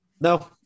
No